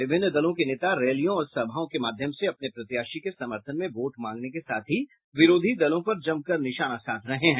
विभिन्न दलों के नेता रैलियों और सभाओं के माध्यम से अपने प्रत्याशी के समर्थन में वोट मांगने के साथ ही विरोधी दलों पर जमकर निशाना साध रहे हैं